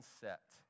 set